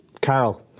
Carol